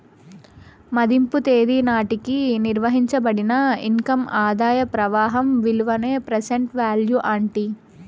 మదింపు తేదీ నాటికి నిర్వయించబడిన ఇన్కమ్ ఆదాయ ప్రవాహం విలువనే ప్రెసెంట్ వాల్యూ అంటీ